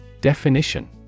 Definition